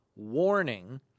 warning